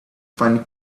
find